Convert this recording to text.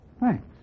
Thanks